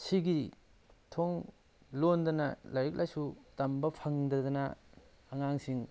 ꯁꯤꯒꯤ ꯊꯣꯡ ꯂꯣꯟꯗꯅ ꯂꯥꯏꯔꯤꯛ ꯂꯥꯏꯁꯨ ꯇꯝꯕ ꯐꯪꯗꯗꯅ ꯑꯉꯥꯡꯁꯤꯡ